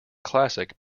classic